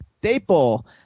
staple